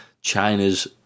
china's